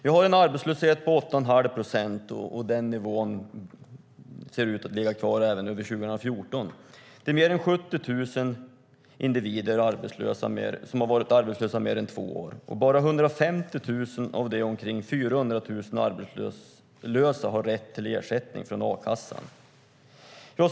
Vi har en arbetslöshet på 8 1⁄2 procent, och på den nivån ser den ut att ligga kvar även över 2014. Det är mer än 70 000 individer som har varit arbetslösa i mer än två år. Bara 150 000 av de omkring 400 000 arbetslösa har rätt till ersättning från a-kassan.